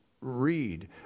read